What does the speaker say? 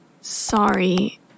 Sorry